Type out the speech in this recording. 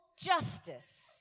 justice